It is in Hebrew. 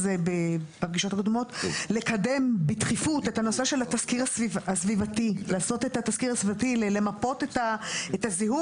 צריך לקדם בדחיפות את התסקיר הסביבתי ולמפות את הזיהום